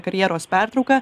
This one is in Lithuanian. karjeros pertrauka